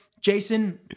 Jason